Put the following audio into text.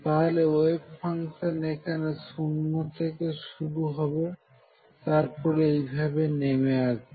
তাহলে wave function এখানে শূন্য থেকে শুরু হবে তারপর এইভাবে নেমে আসবে